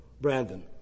Brandon